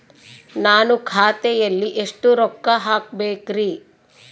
ನಾನು ಖಾತೆಯಲ್ಲಿ ಎಷ್ಟು ರೊಕ್ಕ ಹಾಕಬೇಕ್ರಿ?